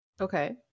okay